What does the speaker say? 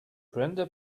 brenda